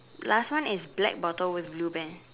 last one is black bottle with blue band